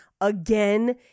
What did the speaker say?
again